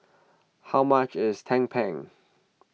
how much is Tumpeng